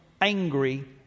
Angry